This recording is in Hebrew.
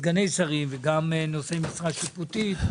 גם סגני שרים וגם נושאי משרה שיפוטית,